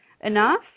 enough